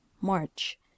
March